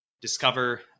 discover